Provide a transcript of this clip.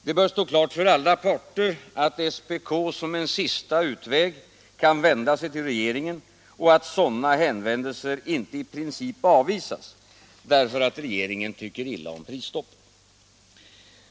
Det bör stå klart för alla parter att SPK som en sista utväg kan vända sig till regeringen och att en sådan hänvändelse inte i princip avvisas därför att regeringen tycker illa om prisstopp.